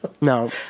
No